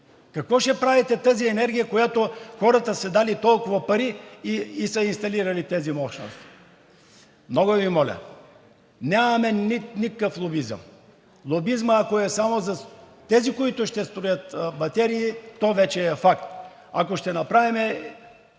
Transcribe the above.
Какво ще я правите тази енергия, за която хората са дали толкова пари и са инсталирали тези мощности? Много Ви моля, нямаме никакъв лобизъм. Лобизмът, ако е само за тези, които ще строят батерии, той вече е факт. Ако ще направим